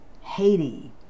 Haiti